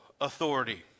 authority